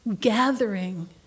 gathering